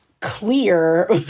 clear